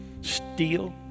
steal